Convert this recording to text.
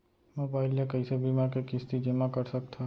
Mobile ले कइसे बीमा के किस्ती जेमा कर सकथव?